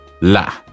La